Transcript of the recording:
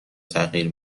تغییر